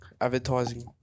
advertising